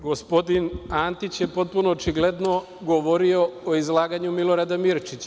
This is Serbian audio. Gospodine Antić je potpuno očigledno govorio o izlaganju Milorada Mirčića.